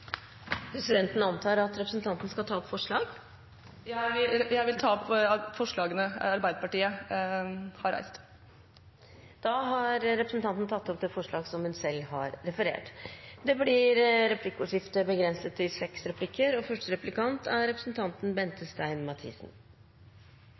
Presidenten antar at representanten skal ta opp forslag. Jeg vil ta opp forslagene som Arbeiderpartiet, Senterpartiet og Sosialistisk Venstreparti står sammen om. Representanten Trettebergstuen har tatt opp de forslagene hun refererte til. Det blir replikkordskifte.